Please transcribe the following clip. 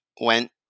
went